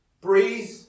breathe